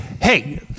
Hey